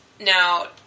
Now